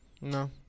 No